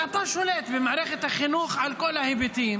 ואתה שולט במערכת החינוך על כל ההיבטים,